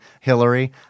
Hillary